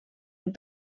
amb